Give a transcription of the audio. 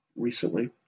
recently